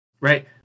Right